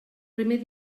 primer